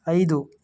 ಐದು